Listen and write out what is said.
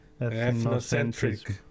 ethnocentric